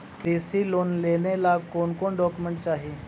कृषि लोन लेने ला कोन कोन डोकोमेंट चाही?